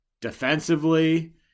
Defensively